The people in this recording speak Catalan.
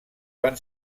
van